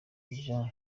jean